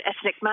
ethnic